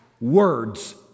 words